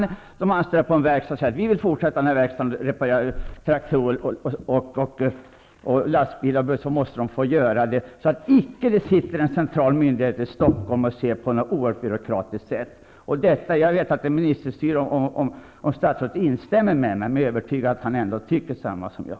Om de anställda t.ex. vill fortsätta verksamheten, reparera traktorer, lastbilar och bussar, måste de få göra det utan att någon central myndighet kommer och säger nej och ser oerhört byråkratiskt på det. Jag vet att det är ministerstyre. Jag vet inte om försvarsministern instämmer med mig, men jag är övertygad om att han ändå tycker som jag.